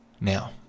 Now